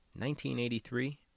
1983